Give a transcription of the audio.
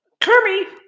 Kermit